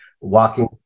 walking